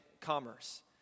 commerce